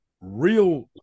real